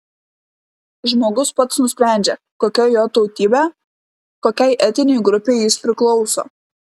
žmogus pats nusprendžia kokia jo tautybė kokiai etninei grupei jis priklauso